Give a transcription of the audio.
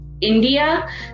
India